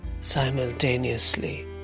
simultaneously